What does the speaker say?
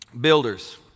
builders